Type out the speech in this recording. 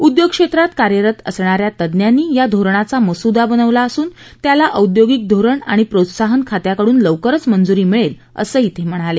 उद्योगक्षेत्रात कार्यरत असणा या तज्ञांनी या धोरणाचा मसूदा बनवला असून त्याला औद्योगिक धोरण आणि प्रोत्साहन खात्याकडून लवकरच मंजूरी मिळेल असंही ते म्हणाले